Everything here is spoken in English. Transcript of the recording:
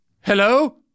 Hello